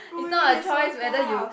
is not a choice whether you